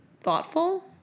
thoughtful